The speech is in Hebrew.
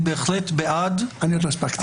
אני עוד לא הספקתי.